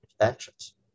actions